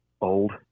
old